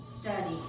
study